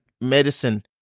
medicine